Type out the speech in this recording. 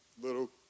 little